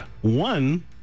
One